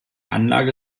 anlage